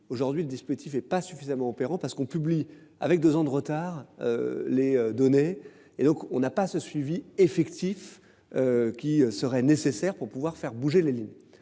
Aujourd'hui, le dispositif est pas suffisamment opérant parce qu'on publie, avec 2 ans de retard. Les données et donc on n'a pas ce suivi effectif. Qui serait nécessaire pour pouvoir faire bouger les lignes